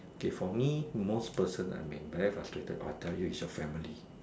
K for me most person I been very frustrated I'll tell you is your family